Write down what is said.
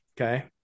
Okay